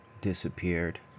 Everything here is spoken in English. disappeared